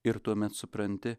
ir tuomet supranti